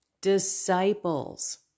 disciples